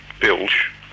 bilge